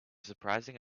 surprising